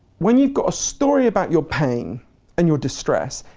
when you've got a story about your pain and your distress,